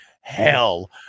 hell